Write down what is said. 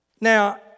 Now